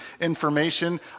information